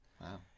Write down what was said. Wow